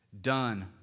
done